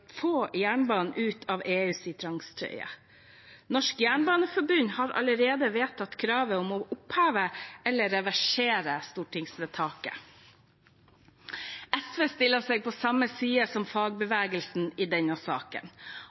få jernbanen ut av EUs tvangstrøye. Norsk Jernbaneforbund har allerede vedtatt kravet om å oppheve, eller reversere, stortingsvedtaket. SV stiller seg på samme side som fagbevegelsen i denne saken.